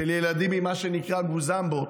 של ילדים עם מה שנקרא גוזמבות,